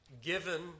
given